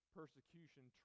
persecution